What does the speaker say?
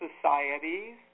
societies